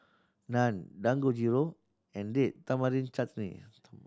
Naan Dangojiru and Date Tamarind Chutney